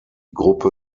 gruppe